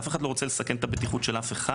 אף אחד לא רוצה לסכן את הבטיחות של אף אחד,